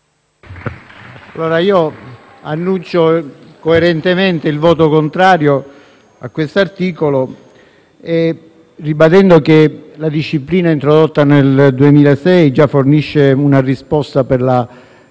annuncio coerentemente il voto contrario all'articolo 1, ribadendo che la disciplina introdotta nel 2006 già fornisce una risposta